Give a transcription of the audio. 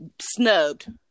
snubbed